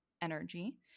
energy